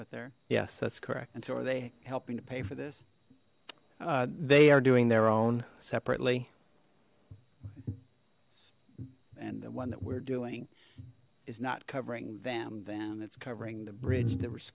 with there yes that's correct and so are they helping to pay for this they are doing their own separately and the one that we're doing is not covering them then it's covering the bridge there was